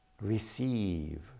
receive